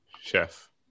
Chef